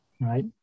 right